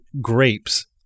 Grapes